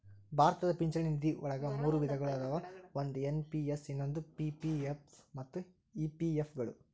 ಭಾರತದ ಪಿಂಚಣಿ ನಿಧಿವಳಗ ಮೂರು ವಿಧಗಳ ಅದಾವ ಒಂದು ಎನ್.ಪಿ.ಎಸ್ ಇನ್ನೊಂದು ಪಿ.ಪಿ.ಎಫ್ ಮತ್ತ ಇ.ಪಿ.ಎಫ್ ಗಳು